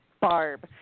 Barb